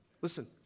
Listen